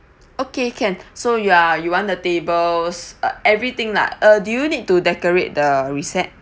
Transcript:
okay can so you are you want the tables uh everything lah uh do you need to decorate the recept